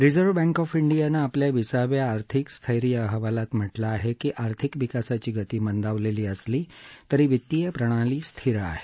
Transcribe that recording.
reserve bank of डियानं आपल्या विसाव्या आर्थिक स्थैर्य अहवालात म्हटलं आहे की आर्थिक विकासाची गती मंदावली असली तरी वित्तीय प्रणाली स्थिर आहे